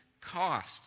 cost